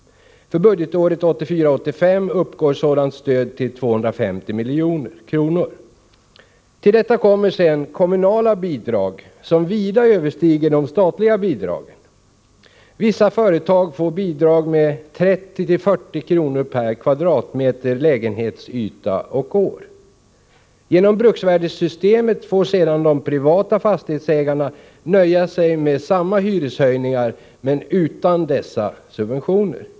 För budgetåret 1984 m? lägenhetsyta och år. Genom brukssvärdesystemet får sedan de privata fastighetsägarna nöja sig med samma hyreshöjningar, men utan dessa subventioner.